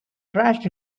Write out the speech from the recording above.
crashed